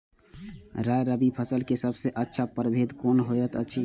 राय रबि फसल के सबसे अच्छा परभेद कोन होयत अछि?